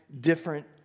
different